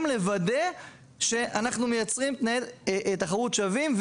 גם לוודא שאנחנו מייצרים תנאי תחרות שווים,